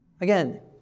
Again